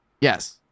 yes